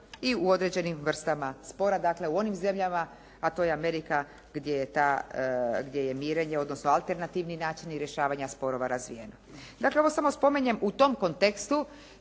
i u određenim vrstama spora, dakle u onim zemljama a to je Amerika gdje je mirenje odnosno alternativni načini rješavanja sporova razvijeno. Dakle, ovo samo spominjem u tom kontekstu